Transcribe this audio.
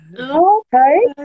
okay